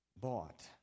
bought